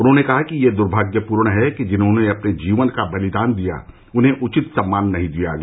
उन्होंने कहा कि यह दुर्भाग्यपूर्ण है कि जिन्होंने अपने जीवन का बलिदान दिया उन्हें उचित सम्मान नहीं दिया गया